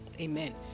amen